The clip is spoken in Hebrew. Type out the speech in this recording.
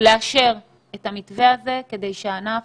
לאשר את המתווה הזה כדי שהענף